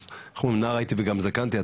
נער הייתי וגם זקנתי,